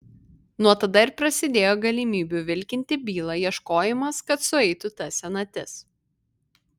nuo tada ir prasidėjo galimybių vilkinti bylą ieškojimas kad sueitų ta senatis